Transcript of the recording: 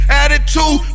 attitude